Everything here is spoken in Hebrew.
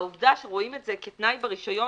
העובדה שרואים את זה כתנאי ברישיון